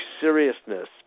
seriousness